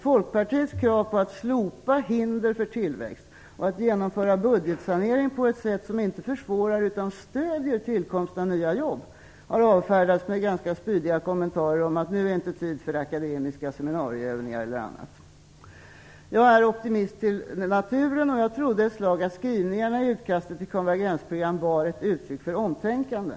Folkpartiets krav på att slopa hinder för tillväxt och att genomföra budgetsanering på ett sätt som inte försvårar utan stöder tillkomsten av nya jobb har avfärdats med ganska spydiga kommentarer om att det inte är tid för akademiska seminarieövningar eller annat nu. Jag är optimist till naturen, och jag trodde ett slag att skrivningarna i utkastet till konvergensprogram var ett uttryck för omtänkande.